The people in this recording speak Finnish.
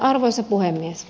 arvoisa puhemies